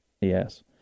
Yes